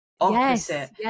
Opposite